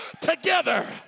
together